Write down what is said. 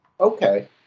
Okay